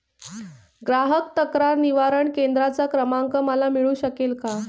ग्राहक तक्रार निवारण केंद्राचा क्रमांक मला मिळू शकेल का?